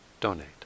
donate